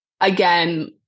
again